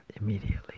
immediately